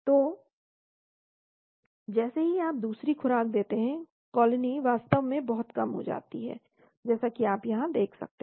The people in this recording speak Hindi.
तो जैसे ही आप दूसरी खुराक देते हैं कॉलोनी वास्तव में बहुत कम हो जाती है जैसा कि आप यहाँ देख सकते हैं